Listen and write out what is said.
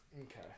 Okay